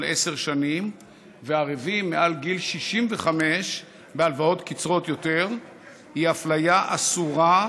עשר שנים וערֵבים מעל גיל 65 בהלוואות קצרות יותר היא אפליה אסורה,